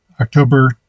October